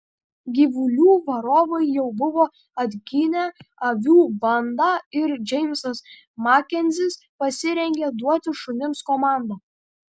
gyvulių varovai jau buvo atginę avių bandą ir džeimsas makenzis pasirengė duoti šunims komandą